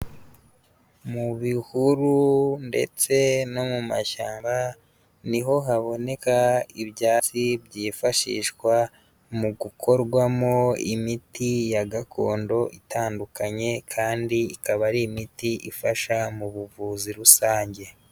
Mu bihuru ndetse no mu mashyamba, ni ho haboneka ibyatsi byifashishwa mu gukorwamo imiti ya gakondo itandukanye kandi ikaba ari imiti ifasha mu buvuzi rusange.